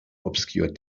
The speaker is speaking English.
obscure